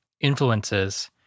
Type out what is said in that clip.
influences